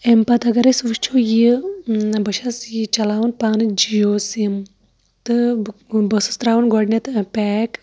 اَمہِ پَتہٕ اَگر أسۍ وُچھو یہِ بہٕ چھَس یہِ چلاوان پانہٕ جِیو سِم تہٕ بہٕ ٲسٕس تراوان گۄڈٕنیٚتھ پیک